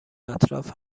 اطراف